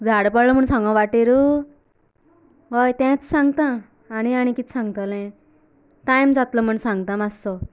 झाड पडलां म्हण सांगू वाटेर हय तेंच सांगता आनी आनी कितें सांगतले टायम जातलो म्हण सांगता मातसो